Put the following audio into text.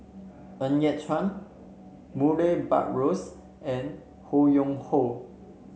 Ng Yat Chuan Murray Buttrose and Ho Yuen Hoe